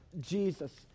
Jesus